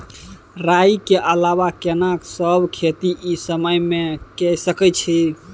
राई के अलावा केना सब खेती इ समय म के सकैछी?